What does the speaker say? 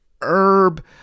herb